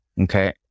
Okay